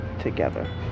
together